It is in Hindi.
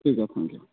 ठीक है ठीक है